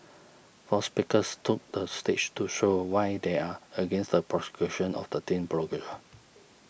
four speakers took the stage to show why they are against the prosecution of the teen blogger